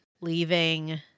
leaving